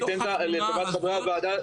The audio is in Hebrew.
לטובת חברי הוועדה,